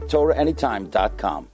TorahAnytime.com